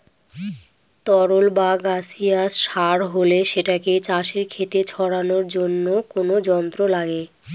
তরল বা গাসিয়াস সার হলে সেটাকে চাষের খেতে ছড়ানোর জন্য কোনো যন্ত্র লাগে